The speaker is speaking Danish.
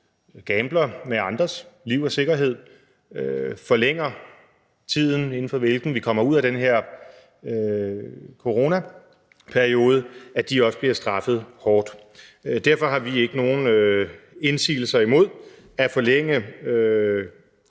gambler med andres liv og sikkerhed og forlænger tiden, inden for hvilken vi kommer ud af den her coronaperiode, også bliver straffet hårdt. Derfor har vi ikke nogen indsigelser imod at forlænge